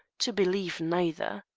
to believe neither.